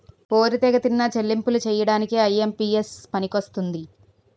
పోరితెగతిన చెల్లింపులు చేయడానికి ఐ.ఎం.పి.ఎస్ పనికొస్తుంది